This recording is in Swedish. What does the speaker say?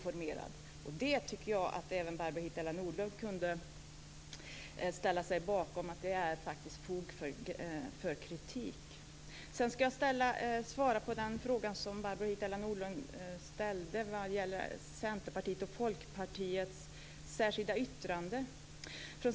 Och jag tycker att även Barbro Hietala Nordlund kunde ställa sig bakom att det är fog för kritik. Sedan ska jag svara på den fråga som Barbro Hietala Nordlund ställde när det gäller Centerpartiets och Folkpartiets särskilda yttrande.